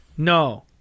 No